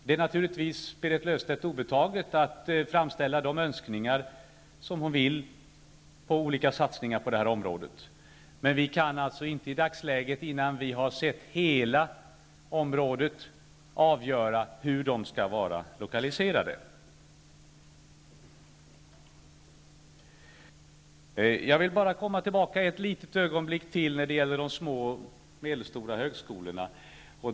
Det är naturligtvis Berit Löfstedt obetaget att framställa de önskningar som hon har på olika satsningar på detta område. Men vi kan inte i dagsläget innan vi har sett förslagen för hela området avgöra hur de skall vara lokaliserade. Jag vill ett litet ögonblick komma tillbaka till de små och medelstora högskolorna.